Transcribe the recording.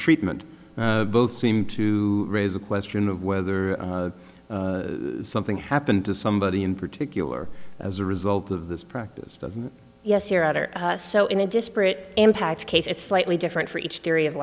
treatment both seem to raise a question of whether something happened to somebody in particular as a result of this practice yes you're out or so in a disparate impact case it's slightly different for each theory of